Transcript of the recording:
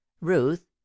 ruth